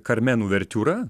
karmen uvertiūra